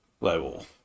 level